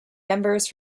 members